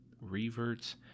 Reverts